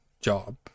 job